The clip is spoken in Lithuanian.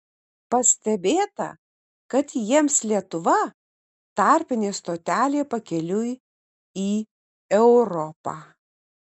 pastebėta kad jiems lietuva tarpinė stotelė pakeliui į europą